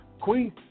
Queen